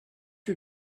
you